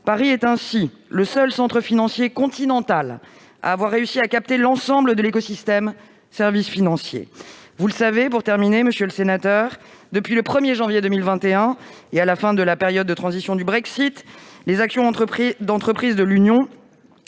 Paris est ainsi le seul centre financier continental à avoir réussi à capter l'ensemble de l'écosystème des services financiers. Monsieur le sénateur, vous savez que, depuis le 1 janvier 2021 et à la fin de la période de transition du Brexit, les actions d'entreprises de l'Union